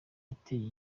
yateye